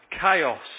Chaos